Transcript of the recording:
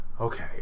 okay